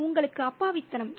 அது உங்களுக்கு அப்பாவித்தனம்